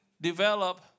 develop